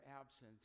absence